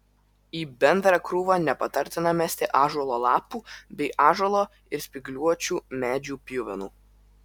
į bendrą krūvą nepatartina mesti ąžuolo lapų bei ąžuolo ir spygliuočių medžių pjuvenų